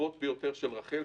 החשובות ביותר של רח"ל,